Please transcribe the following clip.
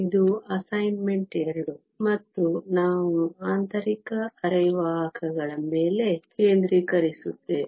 ಇದು ಅಸೈನ್ಮೆಂಟ್ 2 ಮತ್ತು ನಾವು ಆಂತರಿಕ ಅರೆವಾಹಕಗಳ ಮೇಲೆ ಕೇಂದ್ರೀಕರಿಸುತ್ತೇವೆ